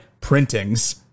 printings